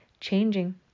changing